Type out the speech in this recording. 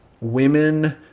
women